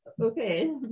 Okay